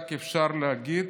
אפשר להגיד,